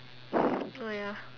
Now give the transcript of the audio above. oh ya